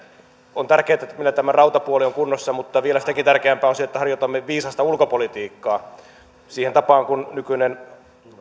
on tärkeätä että meillä tämä rautapuoli on kunnossa mutta vielä sitäkin tärkeämpää on se että harjoitamme viisasta ulkopolitiikkaa siihen tapaan kuin nykyinen